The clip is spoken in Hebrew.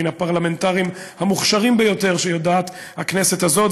מן הפרלמנטרים המוכשרים ביותר שיודעת הכנסת הזאת,